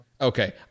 Okay